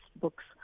books